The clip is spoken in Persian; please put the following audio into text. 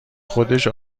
خودش